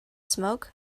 smoke